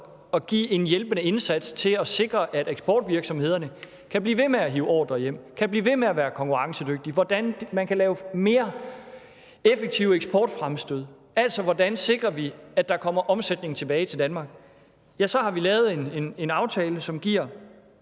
at yde en hjælpende indsats til at sikre, at eksportvirksomhederne kan blive ved med at hive ordrer hjem, kan blive ved med at være konkurrencedygtig, hvordan de kan lave mere effektive eksportfremstød, altså hvordan vi sikrer, at der kommer omsætning tilbage til Danmark, så har vi lavet en aftale, som giver